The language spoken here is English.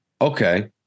Okay